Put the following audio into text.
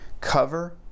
cover